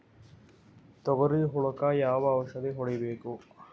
ತೊಗರಿ ಹುಳಕ ಯಾವ ಔಷಧಿ ಹೋಡಿಬೇಕು?